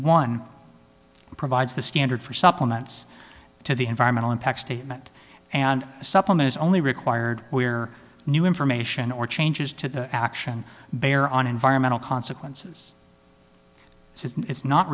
one provides the standard for supplements to the environmental impact statement and a supplement is only required where new information or changes to the action bear on environmental consequences it's not